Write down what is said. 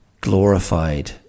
glorified